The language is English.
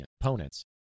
opponents